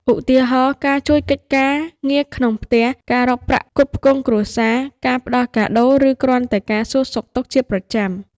ឧទាហរណ៍ ការជួយកិច្ចការងារក្នុងផ្ទះ ការរកប្រាក់ផ្គត់ផ្គង់គ្រួសារ ការផ្ដល់កាដូ ឬគ្រាន់តែការសួរសុខទុក្ខជាប្រចាំ។